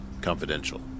confidential